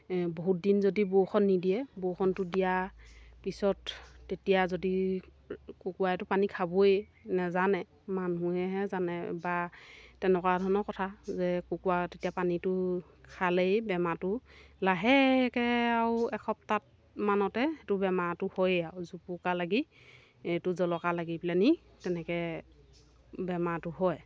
বহুত দিন যদি বৰষুণ নিদিয়ে বৰষুণটো দিয়াৰ পিছত তেতিয়া যদি কুকুৰাইটো পানী খাবই নেজানে মানুহেহে জানে বা তেনেকুৱা ধৰণৰ কথা যে কুকুৰাই তেতিয়া পানীটো খালেই বেমাৰটো লাহেকৈ আৰু এসপ্তাহমানতে সেইটো বেমাৰটো হয়েই আৰু জোপোকা লাগি এইটো জলকা লাগি পেলাইনি তেনেকৈ বেমাৰটো হয়